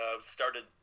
started